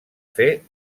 fer